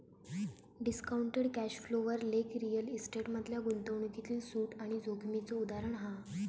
discounted cash flow वर लेख real estate मधल्या गुंतवणूकीतील सूट आणि जोखीमेचा उदाहरण हा